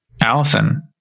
Allison